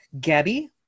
Gabby